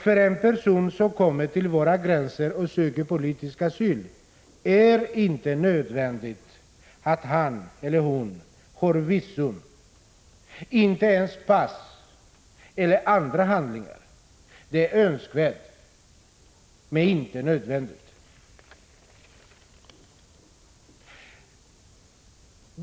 För en person som kommer till Sveriges gräns och söker politisk asyl är det inte nödvändigt att ha visum, inte ens pass eller andra handlingar. Det är önskvärt men inte nödvändigt.